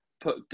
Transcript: put